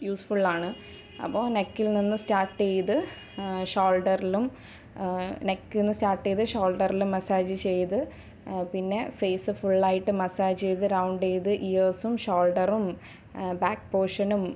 യൂസ്ഫുള്ളാണ് അപ്പോൾ നെക്കിൽ നിന്ന് സ്റ്റാർട്ട് ചെയ്ത് ഷോൾഡറിലും നെക്കിൽ നിന്ന് സ്റ്റാർട്ട് ചെയ്ത് ഷോൾഡറിൽ മസ്സാജ് ചെയ്ത് പിന്നെ ഫേയ്സ് ഫുള്ളായിട്ട് മസാജ് ചെയ്ത് റൗണ്ട് ചെയ്ത് ഇയേർസും ഷോൾഡറും ബാക്ക് പോർഷനും